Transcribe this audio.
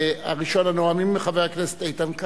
ראשון הנואמים הוא חבר הכנסת איתן כבל,